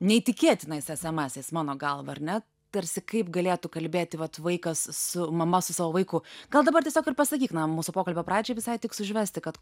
neįtikėtinais esamąsias mano galva ar ne tarsi kaip galėtų kalbėti vat vaikas su mama su savo vaiku gal dabar tiesiog ir pasakyk na mūsų pokalbio pradžiai visai tiks užvesti kad